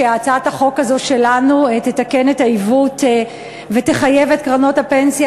שהצעת החוק שלנו תתקן את העיוות ותחייב את קרנות הפנסיה